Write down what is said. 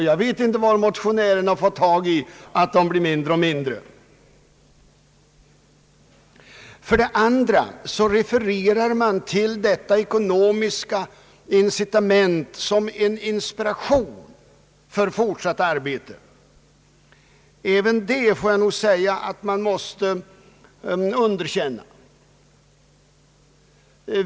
Jag vet inte var motionärerna fått uppgifterna om att de blir mindre och mindre. Vidare refererar man till det ekonomiska incitamentet som en inspirationskälla för fortsatt arbete. Även detta måste jag underkänna.